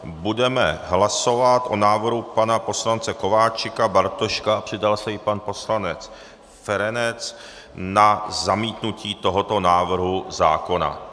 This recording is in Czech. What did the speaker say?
Budeme hlasovat o návrhu pana poslance Kováčika, Bartoška, a přidal se i pan poslanec Feranec, na zamítnutí tohoto návrhu zákona.